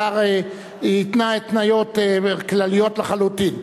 השר התנה התניות כלליות לחלוטין.